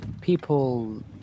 people